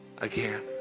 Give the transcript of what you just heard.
again